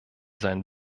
seinen